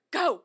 go